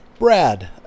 Brad